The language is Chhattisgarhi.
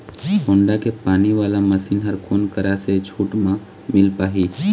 होण्डा के पानी वाला मशीन हर कोन करा से छूट म मिल पाही?